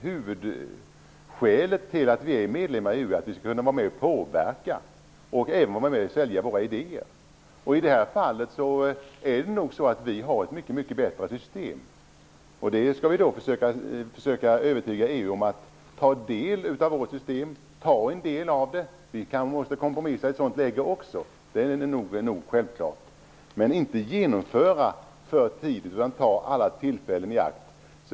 Huvudskälet till att vi är medlemmar i EU är att vi skall kunna vara med och påverka och även vara med och sälja våra idéer. I det här fallet är det nog så att vi har ett mycket bättre system, och vi skall då försöka övertyga EU om att man skall ta del av vårt system och att ta en del av det. Vi måste också kompromissa i ett sådant läge - det är självklart. Men vi skall inte genomföra det för tidigt, utan ta alla tillfällen i akt.